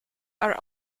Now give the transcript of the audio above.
are